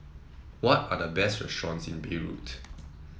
what are the best restaurants in Beirut